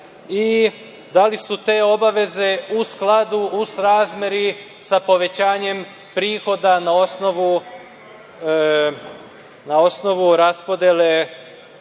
i da li su te obaveze u skladu, u srazmeri sa povećanjem prihoda na osnovu raspodele